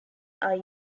are